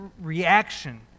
reaction